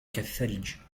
كالثلج